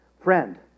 Friend